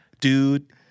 Dude